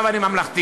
עכשיו אני ממלכתי.